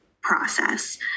process